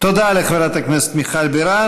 תודה לחברת הכנסת מיכל בירן.